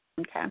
Okay